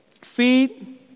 feed